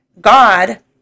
God